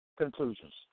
Conclusions